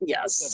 Yes